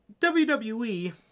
WWE